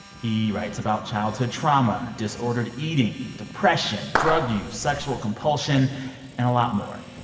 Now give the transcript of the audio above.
he writes about childhood trauma, disordered eating, depression, drug use, sexual compulsion and a lot more.